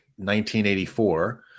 1984